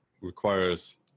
requires